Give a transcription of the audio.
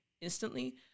instantly